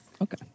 Okay